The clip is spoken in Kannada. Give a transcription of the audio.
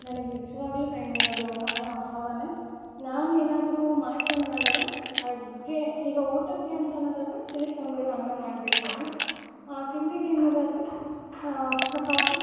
ನನಗೆ ನಿಜವಾಗ್ಲು ಟೈಮಿರೋದಿಲ್ಲ ಸಮಯ ಅಭಾವವೇ ನಾನು ಏನಾದ್ರು ಮಾಡ್ತೀನಿ ಅನ್ನದಾದ್ರೆ ಅಡುಗೆ ಹೀಗೆ ಊಟಕ್ಕೆ ಅಂತ ಅನ್ನೋದಾದ್ರೆ ತಿಳಿ ಸಾಂಬಾರು ಅನ್ನ ಮಾಡಿಬಿಡ್ತೀನಿ ತಿಂಡಿಗೆ ಅನ್ನೋದಾದರೆ ಚಪಾತಿ